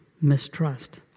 mistrust